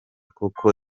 koko